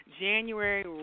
January